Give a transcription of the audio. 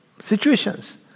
situations